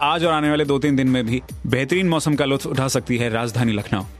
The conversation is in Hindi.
आज और आने वाले दो-तीन दिन में भी बेहतरीन मौसम का लुत्फ उठा सकती है राजधानी लखनऊ।